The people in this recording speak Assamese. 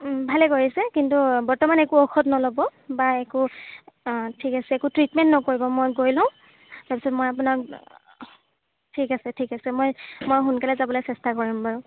ভালে কৰিছে কিন্তু বৰ্তমান একো ঔষধ নল'ব বা একো একো ট্ৰিটমেণ্ট নকৰিব মই গৈ লওঁ তাৰপিছত মই আপোনাক ঠিক আছে ঠিক আছে মই মই সোনকালে যাবলৈ চেষ্টা কৰিম বাৰু